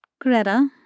Greta